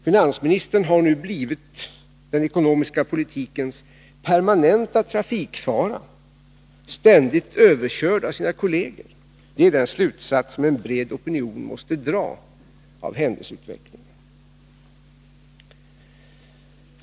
Finansministern har nu blivit den ekonomiska politikens permanenta trafikfara, ständigt överkörd av sina kolleger. Det är den slutsats som en bred opinion måste dra av händelseutvecklingen.